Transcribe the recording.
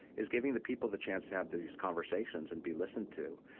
is giving the people the chance to have these conversations, and be listened to.